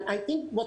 אנחנו